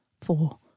four